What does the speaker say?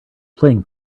playing